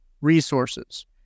resources